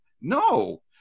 No